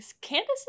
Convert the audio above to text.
Candace